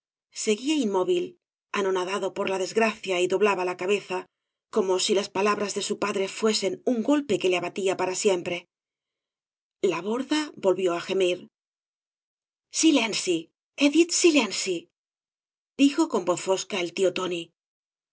seguía inmóvil anonadado por la desgracia y doblaba la cabeza como si las palabras de su padre fuesen un golpe que le abatía para siempre la borda volvió á gemir silénsil he dit silénsi dijo con voz fosca el tío tóqí